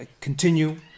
continue